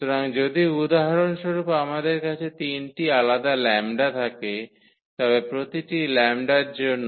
সুতরাং যদি উদাহরণস্বরূপ আমাদের কাছে 3 টি আলাদা λ থাকে তবে প্রতিটি λ এর জন্য